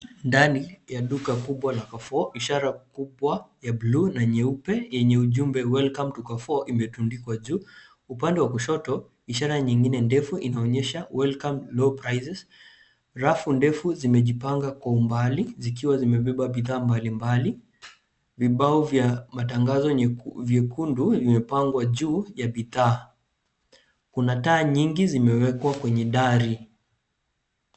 Ndani ya duka kubwa la Carrefour, ishara kubwa ya bluu na nyeupe, yenye ujumbe Welcome to Carrefour , imetundikwa juu. Upande wa kushoto, ishara nyingine ndefu inaonyesha Welcome low prices . Rafu ndefu zimejipanga kwa umbali, zikiwa zimebeba bidhaa mbalimbali. Vibao vya matangazo vyekundu vimepangwa juu ya bidhaa. Kuna taa nyingi zimewekwa kwenye dari.